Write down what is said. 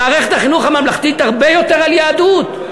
במערכת החינוך הממלכתית הרבה יותר על יהדות,